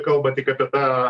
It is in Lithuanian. kalba tik apie tą